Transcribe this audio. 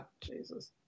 Jesus